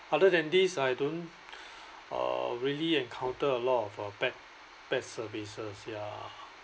other than this I don't uh really encounter a lot of uh bad bad services ya